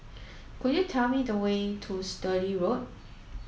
could you tell me the way to Sturdee Road